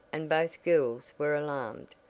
and both girls were alarmed.